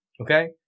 Okay